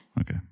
Okay